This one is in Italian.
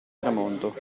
tramonto